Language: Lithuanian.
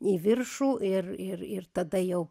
į viršų ir ir ir tada jau